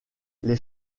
les